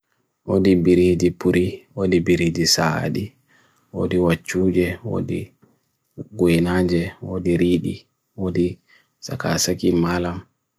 Odi biridi puri, odi biridi saadi, odi wachuje, odi gwenanje, odi ridi, odi sakasa ki malam.